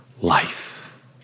life